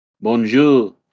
Bonjour